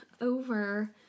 over